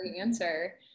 answer